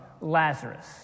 Lazarus